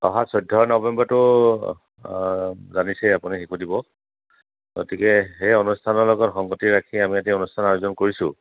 অহা চৈধ্য নৱেম্বৰটো জানিছেই আপুনি শিশু দিৱস গতিকে সেই অনুষ্ঠানৰ লগত সংগতি ৰাখি আমি এটি অনুষ্ঠানৰ আয়োজন কৰিছোঁ